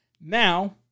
Now